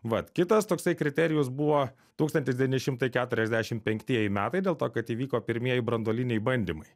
vat kitas toksai kriterijus buvo tūkstantis devyni šimtai keturiasdešim penktieji metai dėl to kad įvyko pirmieji branduoliniai bandymai